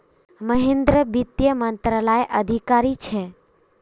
महेंद्र वित्त मंत्रालयत अधिकारी छे